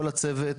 כל הצוות,